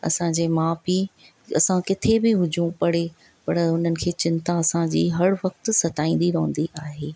असां जे माउ पीउ असां किथे बि हुजूं परे पर हुननि खे चिंता असां जी हर वक़्त सताईंदी रवंदी आहे